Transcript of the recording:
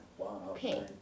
Okay